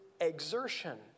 exertion